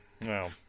No